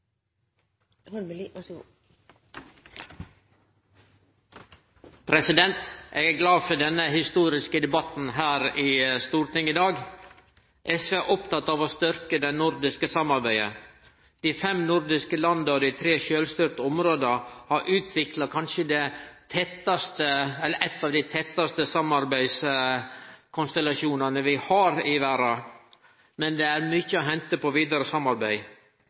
er glad for denne historiske debatten her i Stortinget i dag. SV er oppteke av å styrkje det nordiske samarbeidet. Dei fem nordiske landa og dei tre sjølvstyrte områda har utvikla kanskje ein av dei tettaste samarbeidskonstellasjonane vi har i verda, men det er mykje å hente på vidare samarbeid.